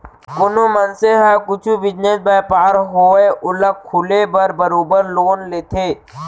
कोनो मनसे ह कुछु बिजनेस, बयपार होवय ओला खोले बर बरोबर लोन लेथे